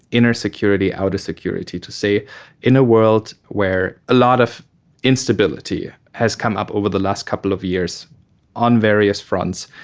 inner security, outer security, to say in a world where a lot of instability has come up over the last couple of years on various fronts,